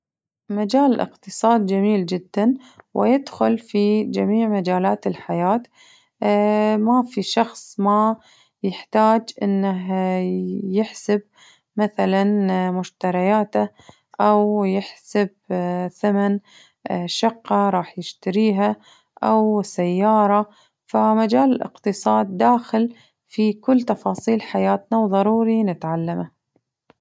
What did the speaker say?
مجال الاقتصاد جميل جداً ويدخل في جميع مجالات الحياة ما في شخص ما يحتاج إنه يحسب مثلاً مشترياته أو يحسب ثمن شقة رح يشتريها أو سيارة، فمجال الاقتصاد داخل في كل تفاصيل حياتنا وضروري نتعلمه.